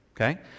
okay